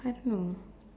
I don't know